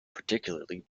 particularly